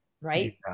right